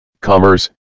Commerce